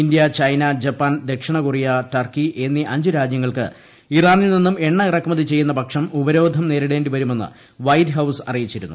India China Japan ദക്ഷിണകൊറിയ Turkey എന്നീ അഞ്ചു രാജ്യങ്ങൾക്ക് ഇറാനിൽ നിന്നും എണ്ണ ഇറക്കുമതി ചെയ്യുന്നപക്ഷം ഉപരോധം നേരിടേ ി വരുമെന്ന് വൈറ്റ് ഹൌസ് അറിയിച്ചിരുന്നു